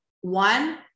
one